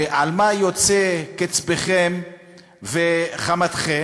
ועל מה יוצאים קצפכם וחמתכם?